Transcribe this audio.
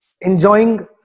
enjoying